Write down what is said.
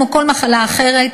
כמו כל מחלה אחרת,